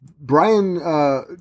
Brian